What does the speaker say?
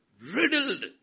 Riddled